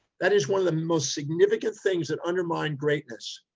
that is one of the most significant things that undermine greatness,